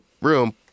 room